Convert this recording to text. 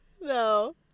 no